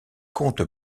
compte